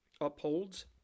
upholds